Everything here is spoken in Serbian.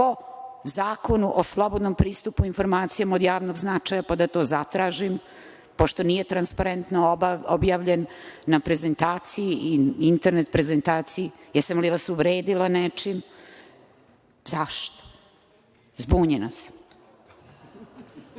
po Zakonu o slobodnom pristupu informacijama od javnog značaja, pa da to zatražim pošto nije transparentno objavljen na prezentaciji i internet prezentaciji? Da li sam vas uvredila nečim? Zašto? Zbunjena sam.